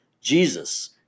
Jesus